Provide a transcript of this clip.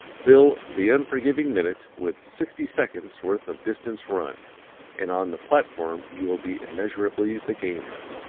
fill the unforgiving minute with sixty seconds' worth of distance run and on the platform you will be immeasurably the gainer.